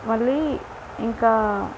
మళ్ళీ ఇంకా